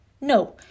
No